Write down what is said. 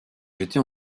jeté